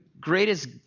greatest